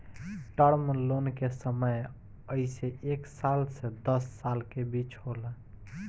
term loan के समय अइसे एक साल से दस साल के बीच होला